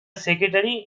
secretary